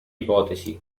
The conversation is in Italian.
ipotesi